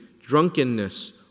drunkenness